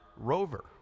rover